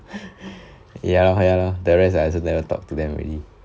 ya lor ya lor the rest I also never talk to them already